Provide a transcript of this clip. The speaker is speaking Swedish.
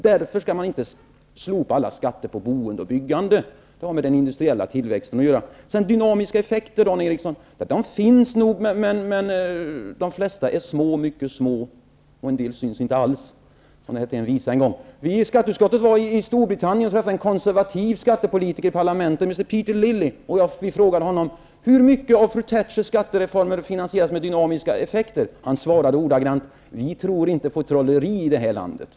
Man skall alltså inte slopa alla skatter på boende och byggande. Det har med den industriella tillväxten att göra. Dynamiska effekter, Dan Eriksson i Stockholm, finns nog, men de flesta är små, mycket små, och en del syns inte alls, som det heter i en visa. Vi i skatteutskottet var i Storbritannien och träffade en konservativ skattepolitiker i parlamentet, som heter Peter Lilly. Vi frågade honom hur många av fru Tatchers skattereformer som finansieras med dynamiska effekter. Han svarade ordagrant: Vi tror inte på trolleri i det här landet.